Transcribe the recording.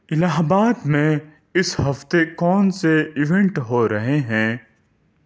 الہ آباد میں اس ہفتے کون سے ایوینٹ ہو رہے ہیں